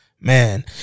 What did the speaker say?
Man